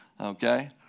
okay